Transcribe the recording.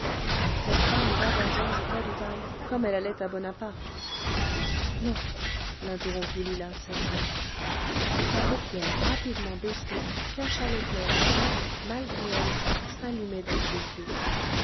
cette femme va vers georges cadoudal comme elle allait à bonaparte non l'interrompit lila sèchement sa paupière rapidement baissée cacha l'éclair qui malgré elle s'allumait dans ses yeux